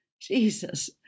Jesus